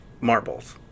marbles